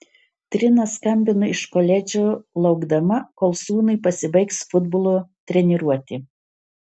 trina skambino iš koledžo laukdama kol sūnui pasibaigs futbolo treniruotė